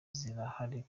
zirahari